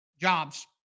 jobs